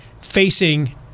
facing